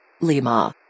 Lima